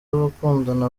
w’abakundana